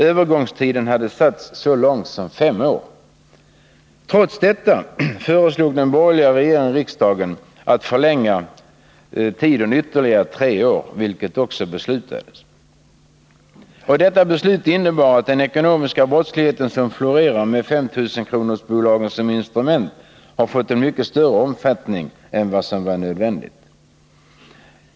Övergångstiden hade satts så lång som fem år. Trots detta föreslog den borgerliga regeringen riksdagen att förlänga tiden ytterligare tre år, vilket också beslutades. Detta beslut innebar att den ekonomiska brottslighet som florerar med 5 000-kronorsbolagen som instrument har fått en mycket större omfattning än som var nödvändigt.